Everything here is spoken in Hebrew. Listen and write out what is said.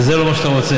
וזה לא מה שאתה רוצה,